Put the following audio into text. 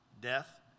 death